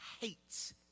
hates